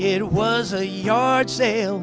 it was a yard sale